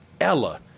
Ella